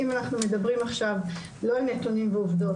אם אנחנו מדברים עכשיו לא על נתונים ועובדות,